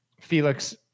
Felix